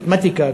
מתמטיקה,